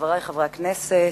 חברי חברי הכנסת,